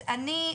אז אני,